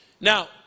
Now